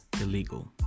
illegal